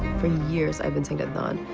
for years, i've been saying to adnan,